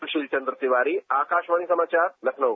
सुशील चंद्र तिवारी आकाशवाणी समाचार लखनऊ